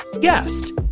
guest